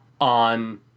on